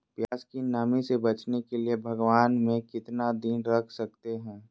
प्यास की नामी से बचने के लिए भगवान में कितना दिन रख सकते हैं?